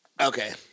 Okay